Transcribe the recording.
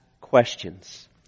questions